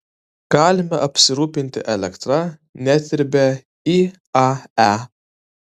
galime apsirūpinti elektra net ir be iae